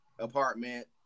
Apartment